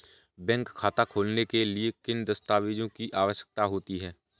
Bank खाता खोलने के लिए किन दस्तावेजों की आवश्यकता होती है?